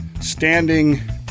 standing